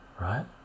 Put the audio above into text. right